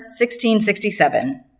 1667